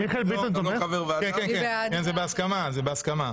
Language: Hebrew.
זה בהסכמה.